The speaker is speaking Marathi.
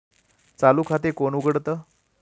चालू खाते कोण उघडतं?